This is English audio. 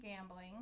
gambling